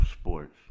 Sports